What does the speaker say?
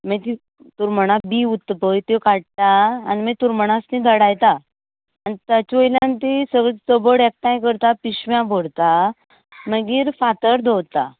मागीर ती तुरमणां बी उरता पळय त्यो काडटा आनी मागीर तुरमणां आसा तीं धाडायता आनी ताचे वयल्यान ती सगळी चबड एकठांय करतात पिशव्यां भरता मागीर फातर दवरता